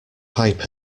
pipe